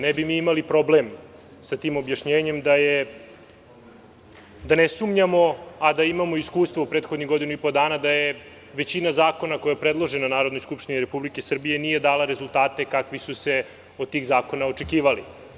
Ne bi mi imali problem sa tim objašnjenjem da ne sumnjamo, a da imamo iskustvo u prethodnih godinu i po dana da većina zakona koja je predložena Narodnoj skupštini Republike Srbije nije dala rezultate kakvi su se od tih zakona očekivali.